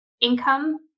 income